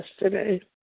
yesterday